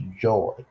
joy